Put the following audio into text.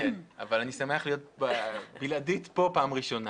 אני שמח להיות בלעדית פה פעם ראשונה